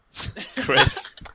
Chris